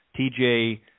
TJ